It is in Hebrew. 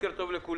בוקר טוב לכולם,